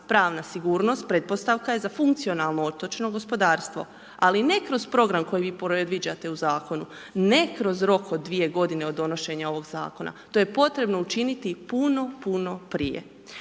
Pravna sigurnost pretpostavka je za funkcionalno otočno gospodarstvo ali ne kroz program koji vi predviđate u zakonu, ne kroz rok od 2 g. od donošenja ovog zakona, to je potrebno učiniti puno, puno prije.